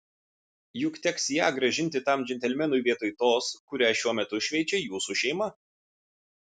juk teks ją grąžinti tam džentelmenui vietoj tos kurią šiuo metu šveičia jūsų šeima